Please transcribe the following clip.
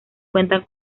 cuenta